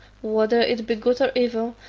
whether it be good or evil,